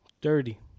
Dirty